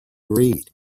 read